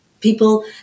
people